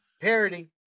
Parody